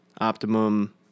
Optimum